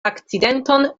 akcidenton